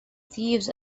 thieves